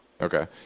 Okay